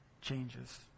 changes